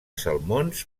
salmons